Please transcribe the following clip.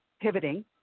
pivoting